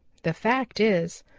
the fact is,